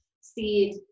seed